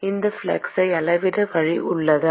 இந்த ஃப்ளக்ஸை அளவிட வழி உள்ளதா